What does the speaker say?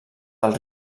del